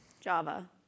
Java